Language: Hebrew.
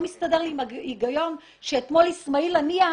שאיסמאעיל הנייה